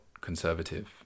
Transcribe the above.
conservative